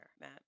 Matt